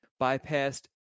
bypassed